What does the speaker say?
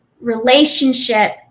relationship